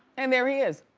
and there he is.